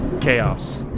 Chaos